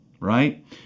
right